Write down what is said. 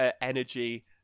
energy